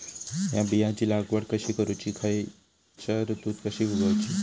हया बियाची लागवड कशी करूची खैयच्य ऋतुत कशी उगउची?